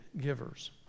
givers